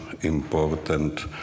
important